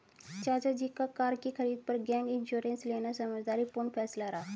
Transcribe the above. चाचा जी का कार की खरीद पर गैप इंश्योरेंस लेना समझदारी पूर्ण फैसला रहा